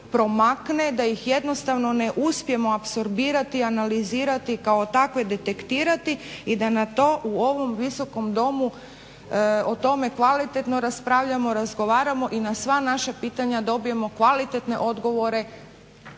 promakne da ih jednostavno ne uspijemo apsorbirati, analizirati i kao takve detektirati i da na to u ovom visokom Domu o tome kvalitetno raspravljamo, razgovaramo i na sva naša pitanja dobijemo kvalitetne odgovore